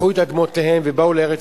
לקחו את אדמותיהם, והם באו לארץ-ישראל.